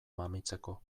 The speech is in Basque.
mamitzeko